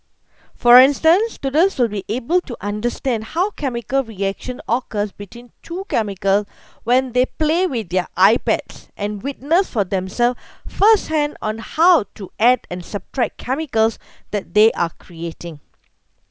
for instance students will be able to understand how chemical reaction occurs between two chemical when they play with their ipads and witness for themselves firsthand on how to add and subtract chemicals that they are creating